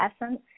essence